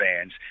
fans